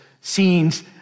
scene's